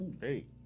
Hey